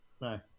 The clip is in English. No